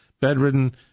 bedridden